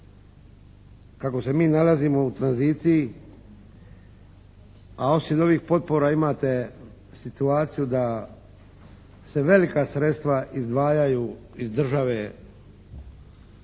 Kako se mi nalazimo u tranziciji, a osim ovih potpora imate situaciju da se velika sredstva izdvajaju iz države